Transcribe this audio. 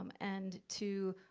um and to.